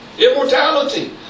Immortality